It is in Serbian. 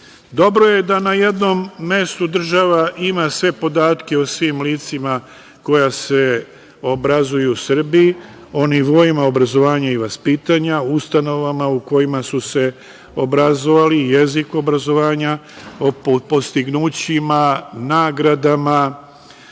lično. Dobro je da na jednom mestu država ima sve podatke o svim licima koja se obrazuju u Srbiji, o nivoima obrazovanja i vaspitanja, ustanovama u kojima su se obrazovali, jezik obrazovanja, o postignućima, nagradama,